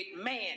man